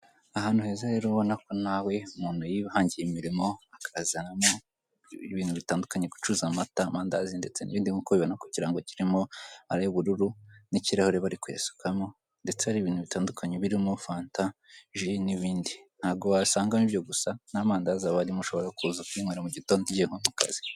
Ahantu heza rero ubona ko nawe umuntu yihangiye imirimo akazanamo ibintu bitandukanye gucuruza amata, amandazi ndetse n'ibindi nkuko ubibona kugirango kirimo ari ayo ubururu n'ikirahure bari kuyasukamo ndetse n'ibintu bitandukanye birimo fanta, ji n'ibindi ntabwo wasangamo ibyo gusa n'amandazi abarimo ushobora kuza ukinywera mu gitondo ugiye nko ku kazi.